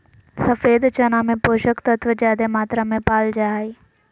सफ़ेद चना में पोषक तत्व ज्यादे मात्रा में पाल जा हइ